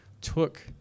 took